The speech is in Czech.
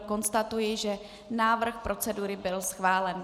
Konstatuji, že návrh procedury byl schválen.